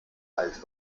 alt